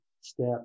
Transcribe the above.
step